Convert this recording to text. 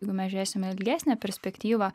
jeigu mes žiūrėsime ilgesnę perspektyvą